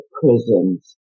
prisons